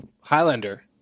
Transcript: Highlander